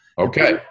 Okay